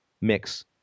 mix